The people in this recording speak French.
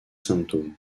symptôme